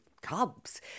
cubs